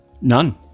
none